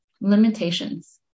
limitations